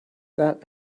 that